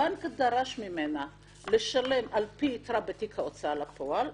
הבנק דרש ממנה לשלם על פי יתרה בתיק ההוצאה לפועל.